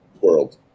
world